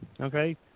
okay